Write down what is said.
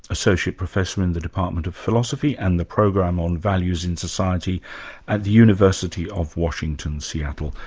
associate professor in the department of philosophy and the program on values in society at the university of washington seattle.